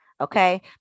Okay